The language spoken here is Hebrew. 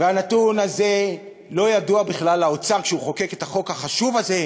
הנתון הזה לא היה ידוע בכלל לאוצר כשהוא חוקק את החוק החשוב הזה,